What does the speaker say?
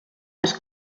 les